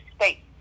state